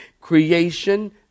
creation